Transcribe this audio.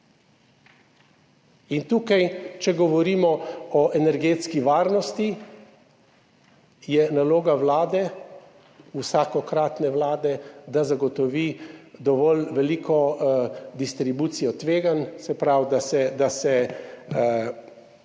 Tukaj, če govorimo o energetski varnosti, je naloga vlade, vsakokratne vlade, da zagotovi dovolj veliko distribucijo tveganj, se pravi da se